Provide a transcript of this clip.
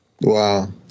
Wow